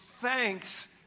thanks